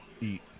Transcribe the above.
eat